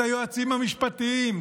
את היועצים המשפטיים.